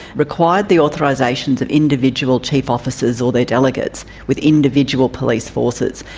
required the authorisations of individual chief officers or their delegates with individual police forces.